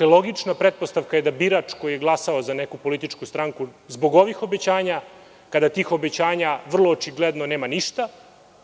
Logična pretpostavka je da birač koji je glasao za neku političku stranku, zbog ovih obećanja, kada od tih obećanja vrlo očigledno nema ništa,